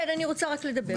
כן, אני רוצה רק לדבר.